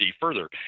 further